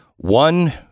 One